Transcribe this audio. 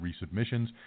resubmissions